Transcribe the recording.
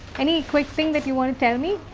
any quick thing that you want to tell me.